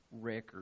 record